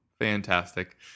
fantastic